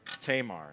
Tamar